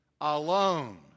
alone